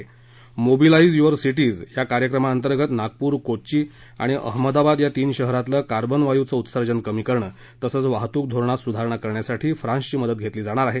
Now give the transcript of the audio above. mobilise your cities या कार्यक्रमाअंतर्गत नागपूर कोच्चि आणिं अहमदाबाद या तीन शहरातलं कार्बन वायूचं उत्सर्जन कमी करणं तसंच वाहतूक धोरणांत सुधारणां करण्यासाठी फ्रान्सची मदत घेतली जाणार आहे